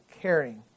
caring